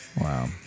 Wow